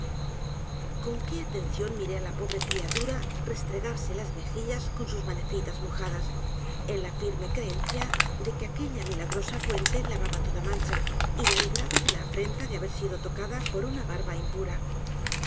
con qué atención miré á la pobre criatura restregarse las mejillas con sus manecitas mojadas en la firme creencia de que aquella milagrosa fuente lavaba toda mancha y la libraba de la afrenta de haber sido tocada por una barba impura